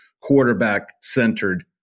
quarterback-centered